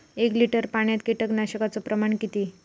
एक लिटर पाणयात कीटकनाशकाचो प्रमाण किती?